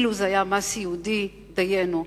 אילו זה היה מס ייעודי, דיינו.